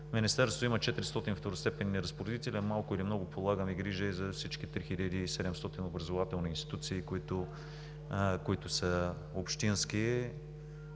Министерството има 400 второстепенни разпоредители. Малко или много полагаме грижа и за всички 3700 образователни институции, които са общински.